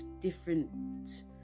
different